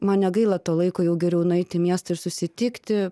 man negaila to laiko jau geriau nueit į miestą ir susitikti